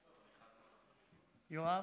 יואב.